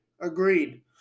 Agreed